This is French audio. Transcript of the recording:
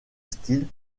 style